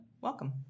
Welcome